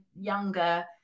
younger